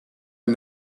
and